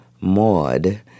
Maud